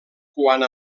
quant